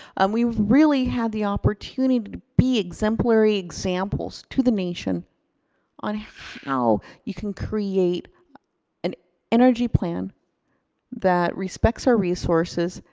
we've really had the opportunity to be exemplary examples to the nation on how you can create an energy plan that respects our resources,